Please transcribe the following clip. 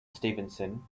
stephenson